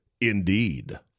indeed